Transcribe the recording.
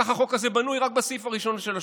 כך החוק הזה בנוי רק בסעיף הראשון, של השופטים.